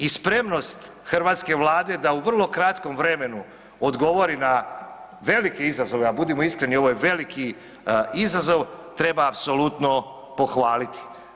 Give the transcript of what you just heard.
I spremnost hrvatske Vlade da u vrlo kratkom vremenu odgovori na velike izazove, a budimo iskreni ovo je veliki izazov treba apsolutno pohvaliti.